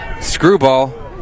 Screwball